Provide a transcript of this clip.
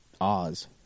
Oz